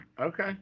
Okay